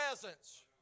presence